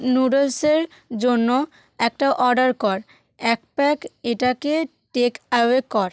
নুডলসের জন্য একটা অর্ডার কর এক প্যাক এটাকে টেক অ্যাওয়ে কর